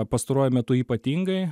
pastaruoju metu ypatingai